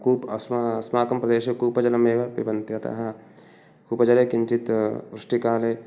कूपः अस्माकं प्रदेशे कूपजलम् एव पिबन्ति अतः कूपजले किञ्चित् वृष्टिकाले